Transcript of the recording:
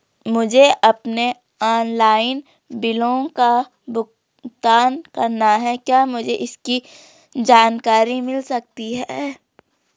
मुझे अपने ऑनलाइन बिलों का भुगतान करना है क्या मुझे इसकी जानकारी मिल सकती है?